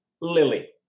Lily